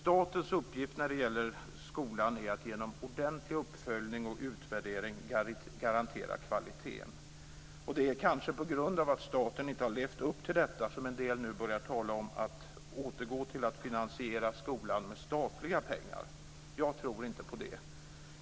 Statens uppgift när det gäller skolan är att genom ordentlig uppföljning och utvärdering garantera kvaliteten. Det är kanske på grund av att staten inte har levt upp till detta som en del nu börjar tala om att återgå till att finansiera skolan med statliga pengar. Jag tror inte på det.